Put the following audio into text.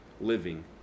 living